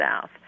south